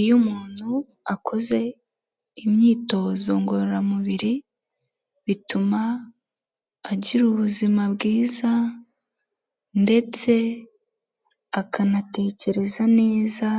Iyo umuntu akoze imyitozo ngororamubiri bituma agira ubuzima bwiza ndetse akanatekereza neza